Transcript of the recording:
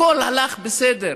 הכול הלך בסדר.